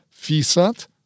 FISAT